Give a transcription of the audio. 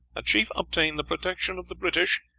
a chief obtain the protection of the british,